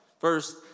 First